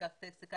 תיקח טקסט,